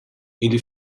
ele